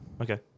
Okay